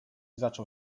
zaczął